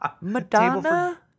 Madonna